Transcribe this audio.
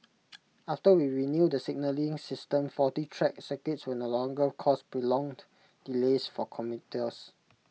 after we renew the signalling system faulty track circuits will no longer cause prolonged delays for commuters